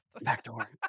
backdoor